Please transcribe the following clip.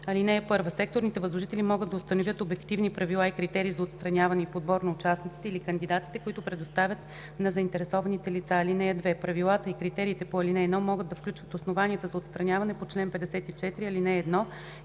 144. (1) Секторните възложители могат да установят обективни правила и критерии за отстраняване и подбор на участниците или кандидатите, които предоставят на заинтересованите лица. (2) Правилата и критериите по ал. 1 могат да включват основанията за отстраняване по чл. 54, ал. 1